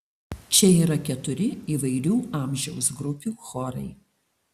čia yra keturi įvairių amžiaus grupių chorai